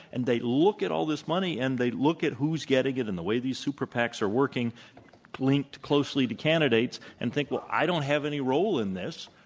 and they look at all this money and they look at who's getting it and the way these super pacs are working linked closely to candidates, and think, well, i don't have any role in this,